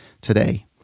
today